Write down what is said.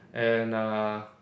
and uh